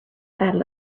battle